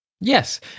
Yes